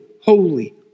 holy